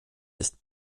ist